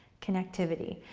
connectivity.